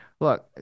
Look